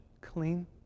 clean